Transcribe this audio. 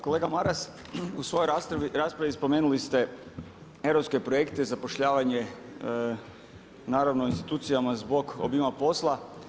Kolega Maras, u svojoj raspravi spomenuli ste europske projekte i zapošljavanje, naravno institucijama zbog obima posla.